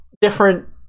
different